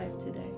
today